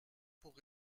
pour